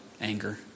anger